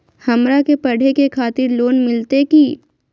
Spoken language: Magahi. हमरा के पढ़े के खातिर लोन मिलते की?